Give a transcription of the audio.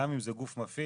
גם אם זה גוף מפעיל,